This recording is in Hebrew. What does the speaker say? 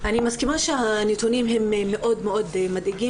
אני מסכימה שהנתונים הם מאוד מאוד מדאיגים,